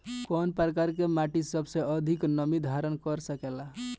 कौन प्रकार की मिट्टी सबसे अधिक नमी धारण कर सकेला?